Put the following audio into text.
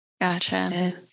Gotcha